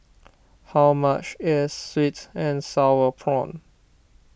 how much is Sweet and Sour Prawns